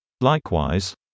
Likewise